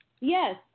Yes